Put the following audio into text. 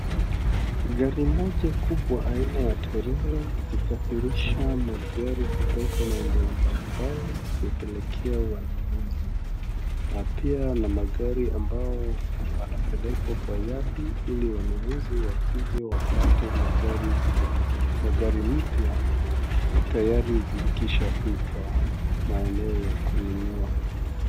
Gari moja kubwa aina ya trailer ikisafirisha magari kutoka maeneo mbali mbali kupelekea wanunuzi, na pia na magari ambao wanapelekwa kwa yardi iliwanunuzi wakikuja wapate mayari mpya, tayari zikisha fika maeneo ya kununua.